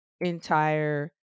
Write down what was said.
entire